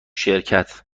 شرکت